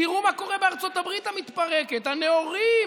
תראו מה קורה בארצות הברית המתפרקת: הנאורים,